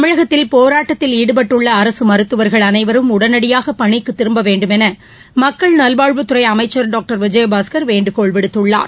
தமிழகத்தில் போராட்டத்தில் ஈடுபட்டுள்ள அரசு மருத்துவர்கள் அனைவரும் உடனடியாக பணிக்கு திரும்ப வேண்டும் என மக்கள் நல்வாழ்வுத்துறை அமைச்சர் டாக்டர் விஜயபாஸ்கர் வேண்டுகோள் விடுத்துள்ளார்